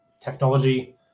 technology